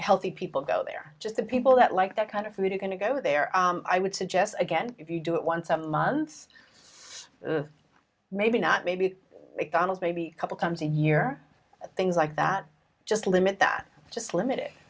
healthy people go there just the people that like that kind of food are going to go there i would suggest again if you do it once a month maybe not maybe mcdonald's maybe a couple times a year things like that just limit that just limit